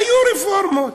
היו רפורמות.